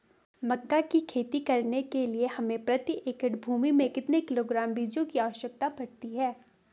मक्का की खेती करने के लिए हमें प्रति एकड़ भूमि में कितने किलोग्राम बीजों की आवश्यकता पड़ती है?